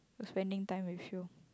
spending time with you